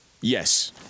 Yes